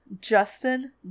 Justin